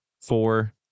four